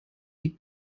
die